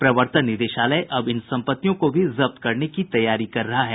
प्रवर्तन निदेशालय अब इन संपत्तियों को भी जब्त करने की तैयारी कर रहा है